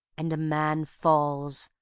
and a man falls,